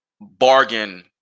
bargain